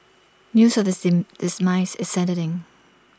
news of seem this nice is saddening